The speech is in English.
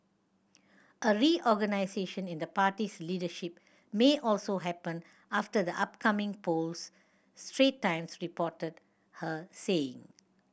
a reorganisation in the party's leadership may also happen after the upcoming polls Strait Times reported her saying